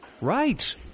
Right